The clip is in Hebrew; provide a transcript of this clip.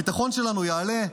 הביטחון שלנו יעלה,